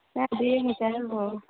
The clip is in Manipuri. ꯀꯥꯏꯗ ꯌꯦꯡꯉꯨꯁꯤ ꯍꯥꯏꯔꯤꯅꯣ